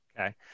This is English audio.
Okay